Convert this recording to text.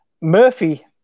Murphy